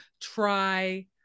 try